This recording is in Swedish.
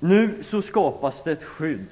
Nu skapas det ett skydd,